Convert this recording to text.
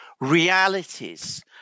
realities